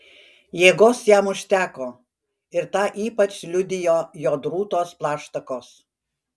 jėgos jam užteko ir tą ypač liudijo jo drūtos plaštakos